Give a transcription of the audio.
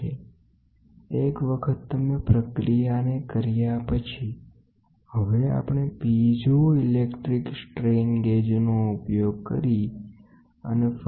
પછી એકવાર પ્રક્રિયા સારી રીતે સ્થાપતિ કરીશુ પછી આપણે પિઝો ક્રિસ્ટલ સાથે સ્ટ્રેન ગેજને બદલી નવી વ્યાખ્યા આપીશું